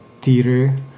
theater